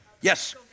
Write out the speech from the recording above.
Yes